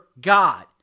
God